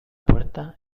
puerta